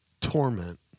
torment